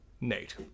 Nate